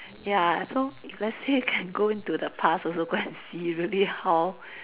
ya so let's say can go into the past also go and see really how